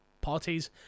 Parties